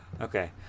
Okay